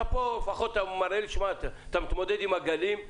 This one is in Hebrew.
אתה לפחות מראה לי שאתה מתמודד עם הגלים,